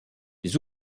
des